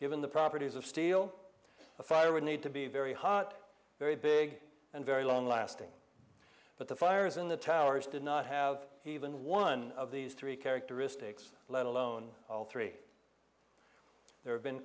given the properties of steel a fire would need to be very hot very big and very long lasting but the fires in the towers did not have even one of these three characteristics let alone all three there have been